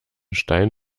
stein